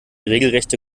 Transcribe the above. regelrechte